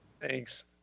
Thanks